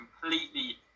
completely